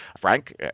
Frank